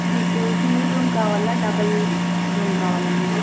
మీకు single room కావాలా double room కావాలండి